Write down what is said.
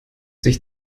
sich